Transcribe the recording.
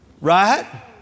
Right